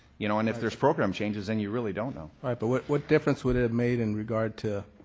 you know, and if there's program changes, then you really don't know. all right. but what what difference would it have made in regard to